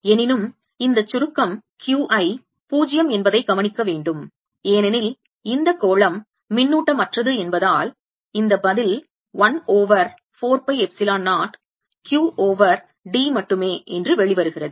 எனினும் இந்த சுருக்கம் Q i 0 என்பதை கவனிக்க வேண்டும் ஏனெனில் இந்த கோளம் மின்னூட்டமற்றது என்பதால் இந்த பதில் 1 over 4 by epsilon 0 Q over d மட்டுமே என்று வெளிவருகிறது